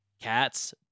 cats